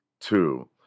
two